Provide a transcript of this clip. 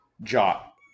Jot